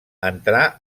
entrà